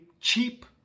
cheap